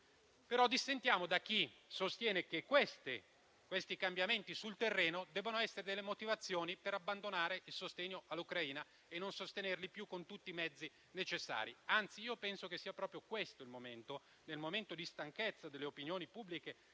però dissentiamo da chi sostiene che questi cambiamenti sul terreno debbano essere le motivazioni per abbandonare il sostegno all'Ucraina e per non sostenerla più con tutti i mezzi necessari. Anzi, penso che sia proprio questo il momento di non farlo: il momento di stanchezza delle opinioni pubbliche